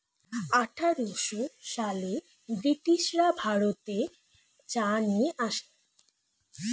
আঠারোশো সালে ব্রিটিশরা ভারতে চা নিয়ে আসে